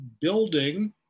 building